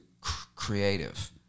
creative